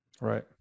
Right